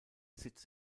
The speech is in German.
sitz